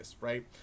right